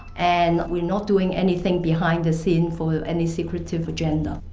and we're not doing anything behind the scenes for any secretive agenda.